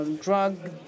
Drug